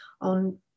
On